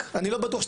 בלי חינוך,